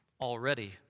already